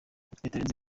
bitarenze